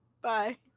Bye